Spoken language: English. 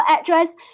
address